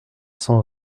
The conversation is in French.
cent